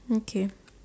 okay